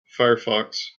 firefox